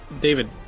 David